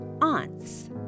aunts